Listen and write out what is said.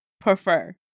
Prefer